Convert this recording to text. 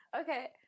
okay